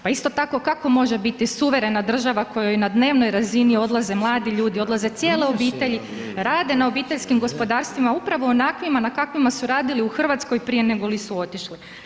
Pa isto tako, kako može biti suverena država kojoj na dnevnoj razini odlaze mladi ljudi, odlaze cijele obitelji, rade na obiteljskim gospodarstvima upravo onakvima na kakvima su radili u Hrvatskoj prije nego li su otišli.